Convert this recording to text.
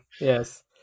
Yes